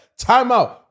Timeout